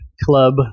club